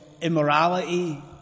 immorality